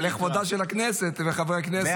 לכבודה של הכנסת ושל חברי הכנסת.